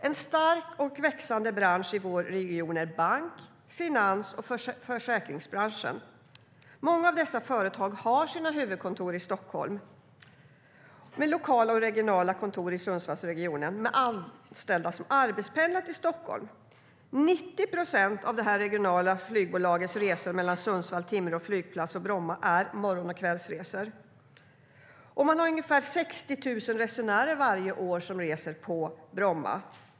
En stark och växande bransch i vår region är bank, finans och försäkringsbranschen. Många av dessa företag har sina huvudkontor i Stockholm, med lokala och regionala kontor i Sundsvallsregionen, med anställda som arbetspendlar till Stockholm. 90 procent av det regionala flygbolagets resor mellan Sundsvall Timrå flygplats och Bromma är morgon och kvällsresor. Man har ungefär 60 000 resenärer varje år som reser på Bromma.